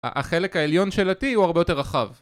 החלק העליון של ה-T הוא הרבה יותר רחב